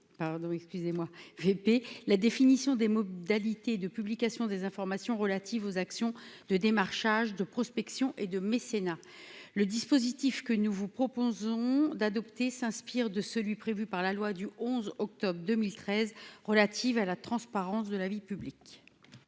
pardon, excusez-moi, VP la définition des modalités de publication des informations relatives aux actions de démarchage de prospection et de mécénat le dispositif que nous vous proposons d'adopter s'inspire de celui prévu par la loi du 11 octobre 2013 relative à la transparence de la vie publique.